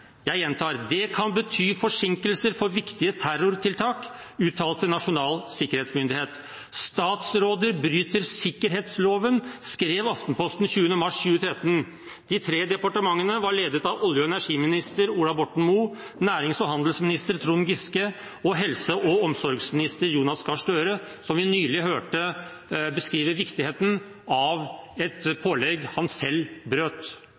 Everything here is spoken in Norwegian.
Jeg gjentar: «Dermed kan viktige terrortiltak blir forsinket». «Statsråder bryter sikkerhetsloven,» skrev Aftenposten 21. mars 2013. De tre departementene var ledet av olje- og energiminister Ola Borten Moe, nærings- og handelsminister Trond Giske og helse- og omsorgsminister Jonas Gahr Støre, som vi nylig hørte beskrive viktigheten av et pålegg han selv brøt